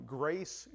grace